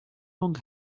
long